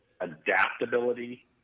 adaptability